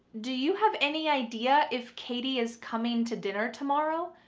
do you have any idea if katie is coming to dinner tomorrow?